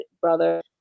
brother